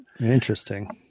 Interesting